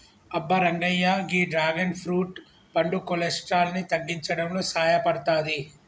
అబ్బ రంగయ్య గీ dragon fruit పండు కొలెస్ట్రాల్ ని తగ్గించడంలో సాయపడతాది